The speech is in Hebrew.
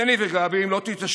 בני וגבי, אם לא תתעשתו